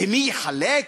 ומי יחלק?